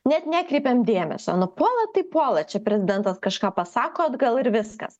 net nekreipiam dėmesio na puola tai puola čia prezidentas kažką pasako atgal ir viskas